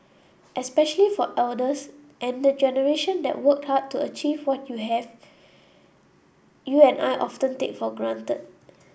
especially for elders and the generation that worked hard to achieve what you have you and I often take for granted